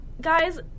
guys